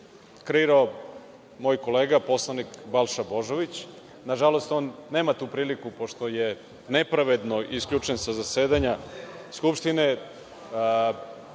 kreirao moj kolega poslanik Balša Božović. Nažalost, on nema tu priliku, pošto je nepravedno isključen sa zasedanja Skupštine,